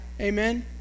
Amen